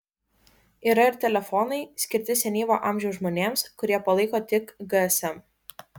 yra ir telefonai skirti senyvo amžiaus žmonėms kurie palaiko tik gsm